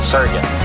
Surgeon